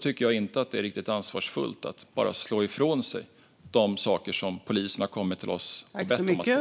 tycker jag inte att det är riktigt ansvarsfullt att bara slå ifrån sig de saker som polisen har kommit med till oss och det som de bett om att få.